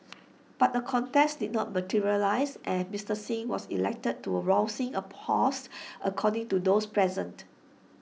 but A contest did not materialise and Mister Singh was elected to rousing applause according to those present